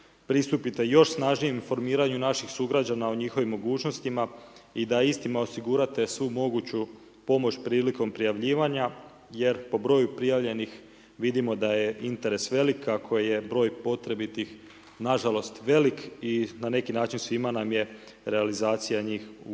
pristupite još snažnijem formiranju naših sugrađana o njihovom mogućnostima i da istima osigurate svu moguću pomoć prilikom prijavljivanja jer po broju prijavljenih, vidimo da je interes velik ako je broj potrebitih nažalost velik i na neki način svima nam je realizacija njih u interesu.